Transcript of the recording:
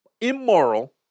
immoral